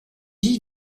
j’y